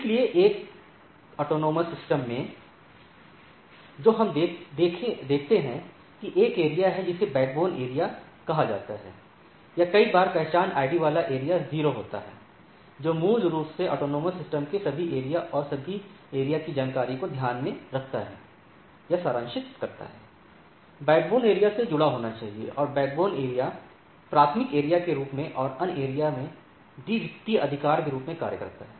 इसलिए एक स्वायत्त प्रणाली में जो हम देखते हैं कि एक एरिया है जिसे बैकबोन एरिया कहा जाता है या कई बार पहचान आईडी वाला एरिया 0 होता है जो मूल रूप से स्वायत्त प्रणाली के सभी एरिया ों और सभी एरिया की जानकारी को ध्यान में रखता है या सारांशित करता है बैकबोन एरिया से जुड़ा होना चाहिए और बैकबोन एरिया प्राथमिक एरिया के रूप में और अन्य एरिया में द्वितीय अधिकार के रूप में कार्य करता है